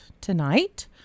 tonight